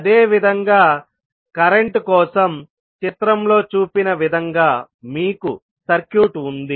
అదేవిధంగా కరెంట్ కోసం చిత్రంలో చూపిన విధంగా మీకు సర్క్యూట్ ఉంటుంది